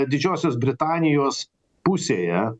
didžiosios britanijos pusėje